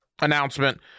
announcement